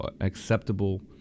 acceptable